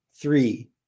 three